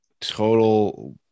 total